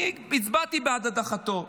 אני הצבעתי בעד הדחתו,